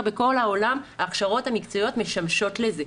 בכל העולם ההכשרות המקצועיות משמשות לזה.